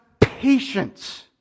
patience